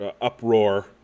uproar